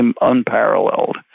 unparalleled